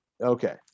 Okay